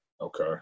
Okay